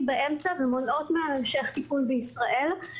באמצע ומונעות מהן המשך טיפול בישראל.